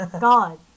God